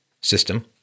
system